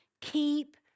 keep